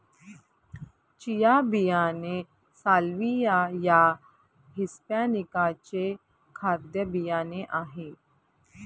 chia बियाणे Salvia या hispanica चे खाद्य बियाणे आहे